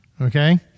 Okay